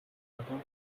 public